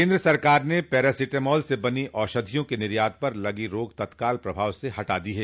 केन्द्र सरकार ने पैरासिटामोल से बनी औषधियों के निर्यात पर लगी रोक तत्काल प्रभाव से हटा दी है